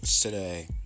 today